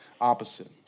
opposite